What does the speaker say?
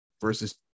versus